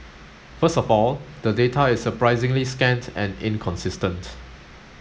first of all the data is surprisingly scant and inconsistent